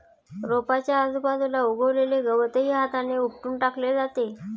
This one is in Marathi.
रोपाच्या आजूबाजूला उगवलेले गवतही हाताने उपटून टाकले जाते